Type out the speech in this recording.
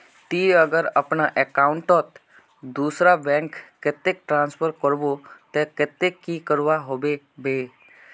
ती अगर अपना अकाउंट तोत दूसरा बैंक कतेक ट्रांसफर करबो ते कतेक की करवा होबे बे?